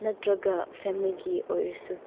ꯅꯠꯇ꯭ꯔꯒ ꯐꯦꯃꯤꯂꯤꯒꯤ ꯑꯣꯏꯔꯁꯨ